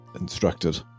instructed